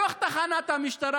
בתוך תחנת המשטרה,